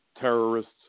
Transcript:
terrorists